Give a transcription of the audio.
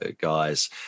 guys